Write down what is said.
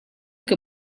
che